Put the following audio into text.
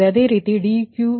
ಅದೇ ರೀತಿ dQ3dV3 ನಿಮಗೆ 60